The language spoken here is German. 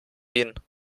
ihn